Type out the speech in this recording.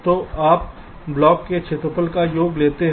तो आप ब्लॉक के क्षेत्रफलों का योग लेते हैं